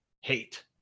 hate